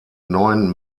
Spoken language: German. neuen